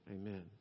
Amen